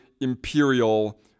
imperial